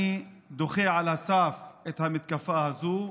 אני דוחה על הסף את המתקפה הזו.